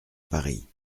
paris